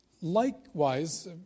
likewise